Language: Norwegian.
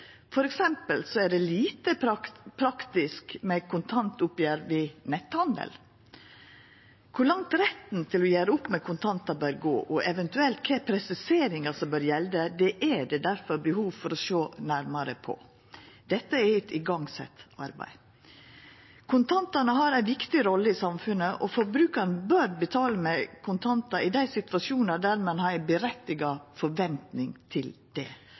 er det lite praktisk med kontantoppgjer ved netthandel. Kor langt retten til å gjera opp med kontantar bør gå, og eventuelt kva presiseringar som bør gjelda, er det derfor behov for å sjå nærmare på. Det er sett i gang eit arbeid med dette. Kontantane har ei viktig rolle i samfunnet. Forbrukarane bør betala med kontantar i dei situasjonar der ein har ei rettkomen forventning til det,